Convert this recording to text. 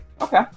Okay